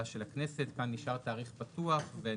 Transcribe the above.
של הכנסת עד לתאריך _______ כאן נשאר תאריך פתוח ואני